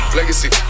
Legacy